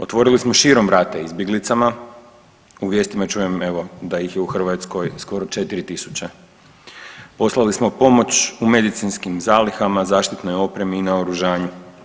Otvorili smo širom vrata izbjeglicama, u vijestima čujem evo da ih je u Hrvatskoj skoro 4.000, poslali smo pomoć u medicinskim zalihama, zaštitnoj opremi i naoružanju.